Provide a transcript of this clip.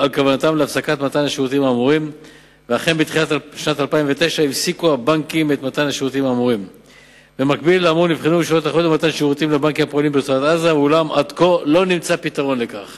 1. מדוע לא תפרסם מכרז פומבי לתפקיד זה?